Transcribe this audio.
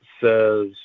says